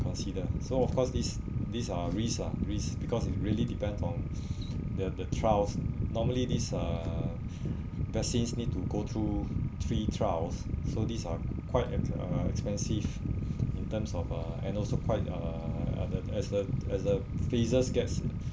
consider so of course these these are risk lah risk because it really depends on the the trials normally this uh basis need to go through three trials so these are quite an uh expensive in terms of uh and also quite uh as a as a phases gets